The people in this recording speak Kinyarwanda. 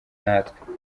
natwe